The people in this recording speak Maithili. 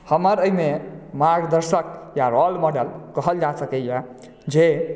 हमर एहिमे मार्गदर्शक या रोल मॉडल कहल जा सकैए जे